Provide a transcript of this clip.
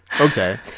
okay